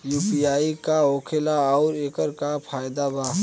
UPI का होखेला आउर एकर का फायदा बा?